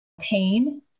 pain